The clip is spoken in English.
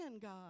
God